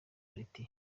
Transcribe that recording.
riti